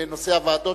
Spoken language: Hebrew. בנושא הוועדות,